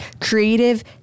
creative